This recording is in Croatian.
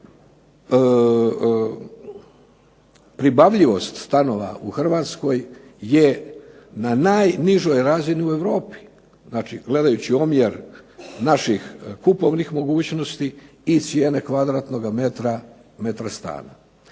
pribavljivost stanova u Hrvatskoj je na najnižoj razini u Europi. Znači, gledajući omjer naših kupovnih mogućnosti i cijene kvadratnoga metra, metra